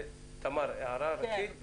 תמר, הערה, ומייד אני אתן להם.